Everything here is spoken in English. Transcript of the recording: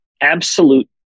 absolute